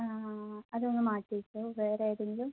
ആ ആ ആ അത് ഒന്ന് മാറ്റി വയ്ക്കുവോ വേറെ ഏതെങ്കിലും